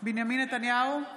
בנימין נתניהו,